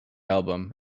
album